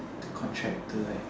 the contract to like